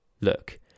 look